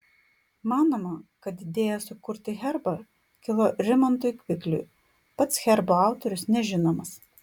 manoma kad idėja sukurti herbą kilo rimantui kvikliui pats herbo autorius nežinomas